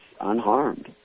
unharmed